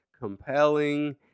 compelling